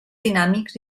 dinàmics